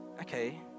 okay